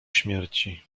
śmierci